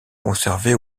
conservée